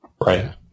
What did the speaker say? Right